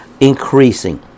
increasing